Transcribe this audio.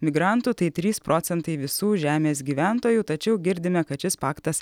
migrantų tai trys procentai visų žemės gyventojų tačiau girdime kad šis paktas